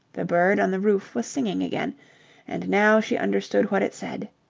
the bird on the roof was singing again and now she understood what it said.